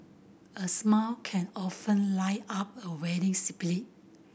a smile can often up a weary spirit